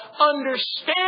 understand